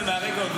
זה מהרגע,